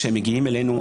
כשהם מגיעים אלינו,